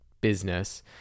business